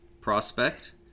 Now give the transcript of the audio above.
prospect